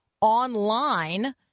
online